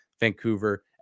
vancouver